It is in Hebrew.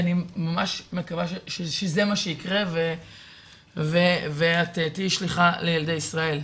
אני ממש מקווה שזה מה שיקרה ואת תהיי שליחה לילדי ישראל.